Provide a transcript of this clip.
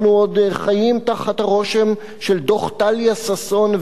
אנחנו עוד חיים תחת הרושם של דוח טליה ששון,